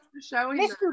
mr